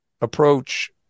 approach